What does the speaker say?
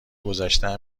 گذشته